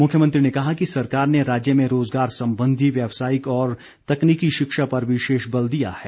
मुख्यमंत्री ने कहा कि सरकार ने राज्य में रोज़गार संबंधी व्यवसायिक और तकनीकी शिक्षा पर विशेष बल दिया है